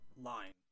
line